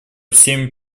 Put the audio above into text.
всеми